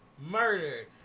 Murdered